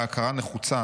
וההכרה נחוצה.